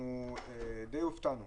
די הופתענו